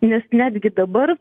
nes netgi dabar